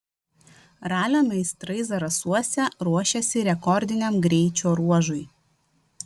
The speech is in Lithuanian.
ralio meistrai zarasuose ruošiasi rekordiniam greičio ruožui